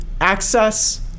access